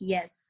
Yes